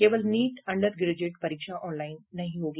केवल NEET undergraduate परीक्षा online नहीं होगी